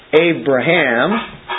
Abraham